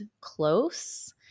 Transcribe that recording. close